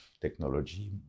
technology